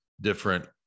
different